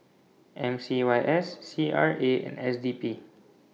M C Y S C R A and S D P